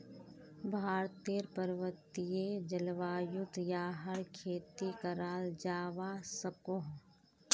भारतेर पर्वतिये जल्वायुत याहर खेती कराल जावा सकोह